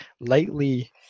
lightly